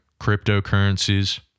cryptocurrencies